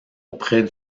auprès